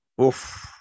Oof